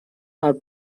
are